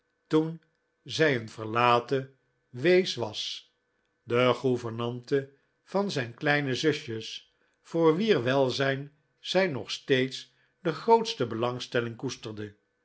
toen zij een verlaten wees was de gouvernante van zijn kleine zusjes voor wier welzijn zij nog steeds de grootste belangstelling koesterde